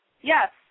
Yes